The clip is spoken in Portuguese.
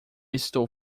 estou